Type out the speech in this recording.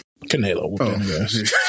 Canelo